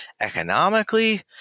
economically